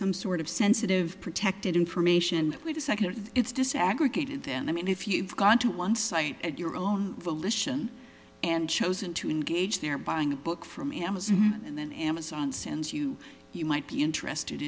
some sort of sensitive protected information we decided it's disaggregated then i mean if you've gone to one site at your own volition and chosen to engage they're buying a book from amazon and then amazon sends you you might be interested